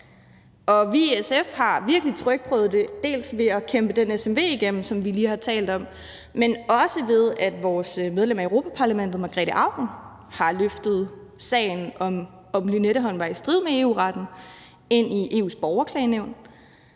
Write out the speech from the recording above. og vi har i SF virkelig trykprøvet det, dels ved at kæmpe den smv igennem, som vi lige har talt om, dels ved at vores medlem af Europa-Parlamentet Margrete Auken har løftet sagen om, om Lynetteholm var i strid med EU-retten, ind i EU's borgerklagenævn,